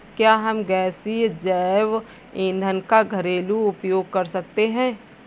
क्या हम गैसीय जैव ईंधन का घरेलू उपयोग कर सकते हैं?